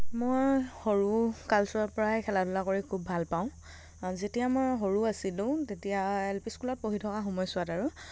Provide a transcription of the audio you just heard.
মই সৰু কালচোৱাৰ পৰাই খেলা ধূলা কৰি খুব ভাল পাওঁ আৰু যেতিয়া মই সৰু আছিলোঁ তেতিয়া এল পি স্কুলত পঢ়ি থকাৰ সময়চোৱাত আৰু